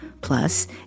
plus